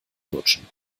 lutschen